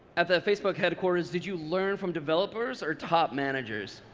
at the facebook headquarters, did you learn from developers or top managers?